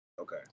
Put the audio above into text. Okay